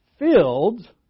Filled